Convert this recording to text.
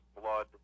blood